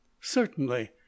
Certainly